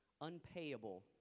unpayable